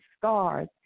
scars